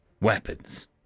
weapons